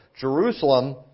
Jerusalem